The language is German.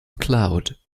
cloud